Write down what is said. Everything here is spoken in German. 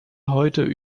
heute